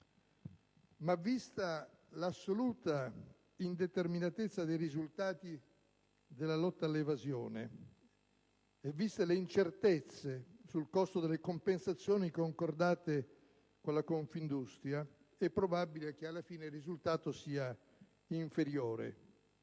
ma vista l'assoluta indeterminatezza dei risultati della lotta all'evasione e viste le incertezze sul costo delle compensazioni concordate con la Confindustria, è probabile che alla fine il risultato sia inferiore.